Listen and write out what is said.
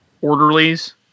orderlies